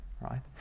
right